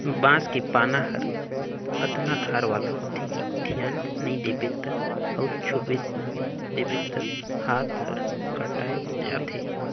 बांस के पाना हर अतना धार वाला होथे कि धियान नई देबे त अउ छूइ देबे त हात हर कटाय जाथे